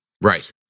Right